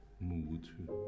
mood